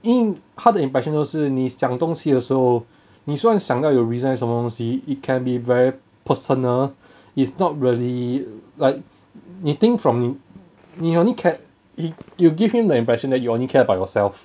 因为他的 impression 都是你想东西的时候你说你想到有 reasons 什么东西 it can be very personal is not really like 你 think from 你 only ca~ you give him the impression that you only care about yourself